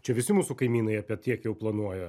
čia visi mūsų kaimynai apie tiek jau planuoja